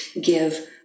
give